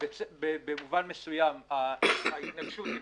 במובן מסוים ההתנגשות עם